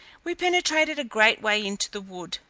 we penetrated a great way into the wood,